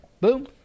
Boom